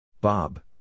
Bob